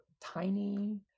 tiny